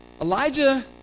Elijah